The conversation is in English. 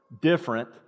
Different